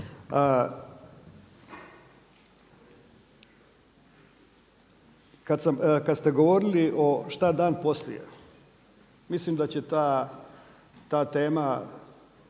Kada ste govorili o šta dan poslije mislim da će ta tema